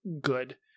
good